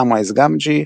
סמוויז גמג'י,